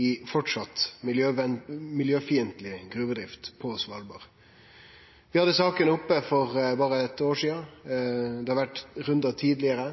i ei enno miljøfiendtleg gruvedrift på Svalbard. Vi hadde saka oppe for berre eit år sidan, og det har vore rundar her tidlegare.